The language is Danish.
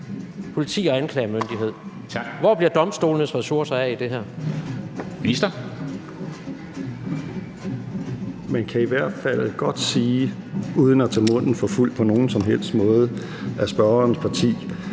Justitsministeren (Nick Hækkerup): Man kan i hvert fald godt sige, uden at tage munden for fuld på nogen som helst måde, at spørgerens parti